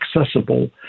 accessible